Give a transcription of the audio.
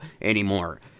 anymore